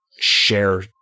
share